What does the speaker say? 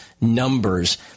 numbers